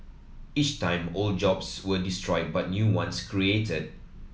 each time old jobs were destroyed but new ones created